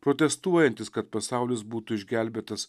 protestuojantys kad pasaulis būtų išgelbėtas